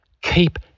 Keep